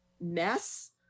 mess